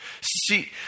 See